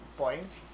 points